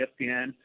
ESPN